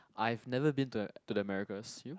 I've never been to the to the Americas you